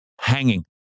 hanging